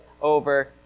over